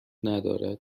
ندارد